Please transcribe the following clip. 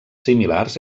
similars